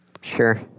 Sure